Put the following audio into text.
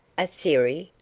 a theory?